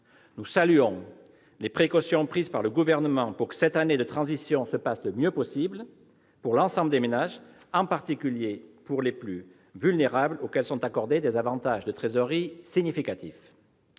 Nous saluons les précautions prises par le Gouvernement pour que cette année de transition se passe le mieux possible pour l'ensemble des ménages, en particulier pour les plus vulnérables, auxquels sont accordés des avantages de trésorerie significatifs.